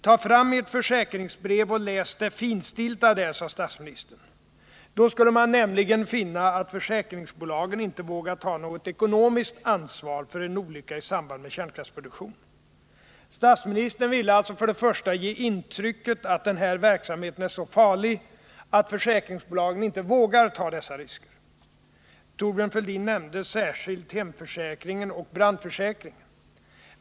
Ta fram ert försäkringsbrev och läs det finstilta där! sade statsministern. Då skulle man nämligen finna att försäkringsbolagen inte vågar ta något ekonomiskt ansvar för en olycka i samband med kärnkraftsproduktion. Statsministern ville alltså för det första ge intrycket att den här verksamheten är så farlig att försäkringsbolagen inte vågar ta dessa risker. Thorbjörn Fällin nämnde särskilt hemförsäkringen och brandförsäkringen.